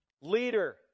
leader